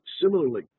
similarly